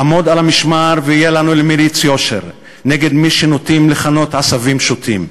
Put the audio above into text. עמוד על המשמר והיה לנו למליץ יושר נגד מי שנוטים לכנות "עשבים שוטים",